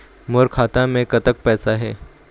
मोर खाता मे कतक पैसा हे?